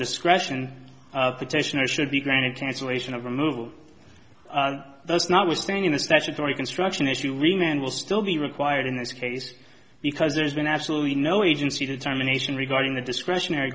discretion petitioner should be granted cancellation of removal that's notwithstanding the statutory construction issue remain and will still be required in this case because there's been absolutely no agency determination regarding the discretionary